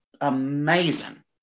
amazing